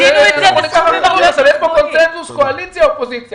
יש כאן קונצנזוס של קואליציה ואופוזיציה.